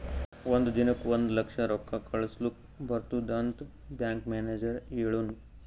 ಒಂದ್ ದಿನಕ್ ಒಂದ್ ಲಕ್ಷ ರೊಕ್ಕಾ ಕಳುಸ್ಲಕ್ ಬರ್ತುದ್ ಅಂತ್ ಬ್ಯಾಂಕ್ ಮ್ಯಾನೇಜರ್ ಹೆಳುನ್